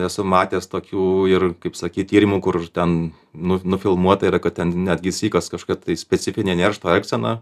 esu matęs tokių ir kaip sakyt tyrimų kur ten nu nufilmuota yra kad ten netgi sykas kažkaip tai specifinė neršto elgsena